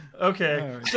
Okay